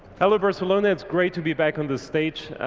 hello barcelona it's great to be back on the stage.